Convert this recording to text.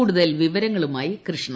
കൂടുതൽ വിവരങ്ങളുമായി കൃഷ്ണ